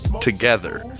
together